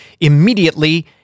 immediately